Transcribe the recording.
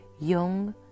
young